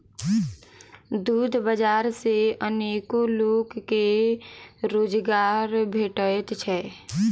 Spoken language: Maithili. दूध बाजार सॅ अनेको लोक के रोजगार भेटैत छै